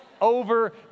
over